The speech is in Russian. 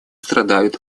страдают